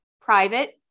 Private